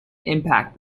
impact